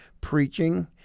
preaching